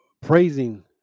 praising